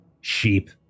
sheep